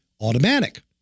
automatic